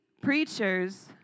preachers